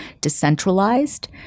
decentralized